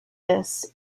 this